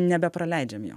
nebepraleidžiam jo